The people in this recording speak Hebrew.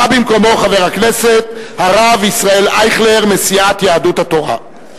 בא במקומו חבר הכנסת הרב ישראל אייכלר מסיעת יהדות התורה.